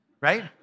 right